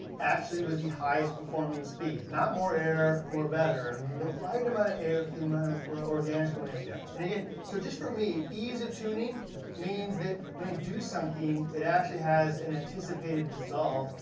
actually was the highest performing speed. not more air, more better the right amount of air for the amount of organics going in. yeah. and again, so just for me ease of tuning means that when it'd ah do something, it actually has an anticipated result,